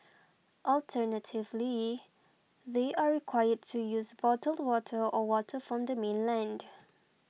alternatively they are required to use bottled water or water from the mainland